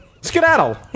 Skedaddle